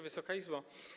Wysoka Izbo!